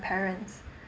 parents